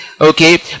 Okay